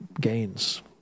gains